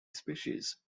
species